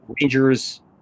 Rangers